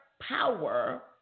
power